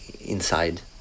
inside